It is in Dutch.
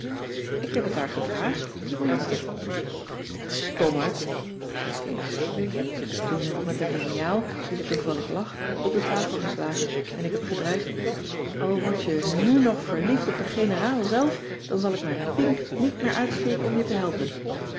ik heb het haar gevraagd tenminste stommerd zei kees toen heb ik met een liniaal die er toevallig lag op de tafel geslagen en ik heb gedreigd al word je nù nog verliefd op de generaal zelf dan zal ik mijn pink niet meer uitsteken om je te helpen